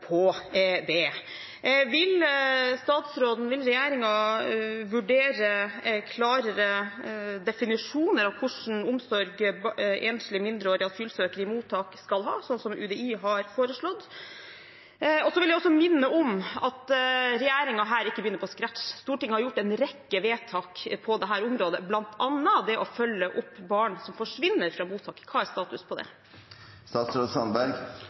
på det. Vil statsråden og regjeringen vurdere klarere definisjoner av hva slags omsorg enslige mindreårige asylsøkere i mottak skal ha, sånn som UDI har foreslått? Så vil jeg også minne om at regjeringen her ikke begynner på scratch. Stortinget har gjort en rekke vedtak på dette området, bl.a. det å følge opp barn som forsvinner fra mottak. Hva er status på